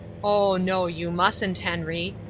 oh no, you mustn't, henry.